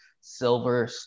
Silver